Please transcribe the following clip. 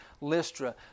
lystra